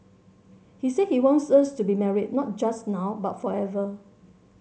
he said he wants us to be married not just now but forever